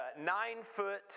nine-foot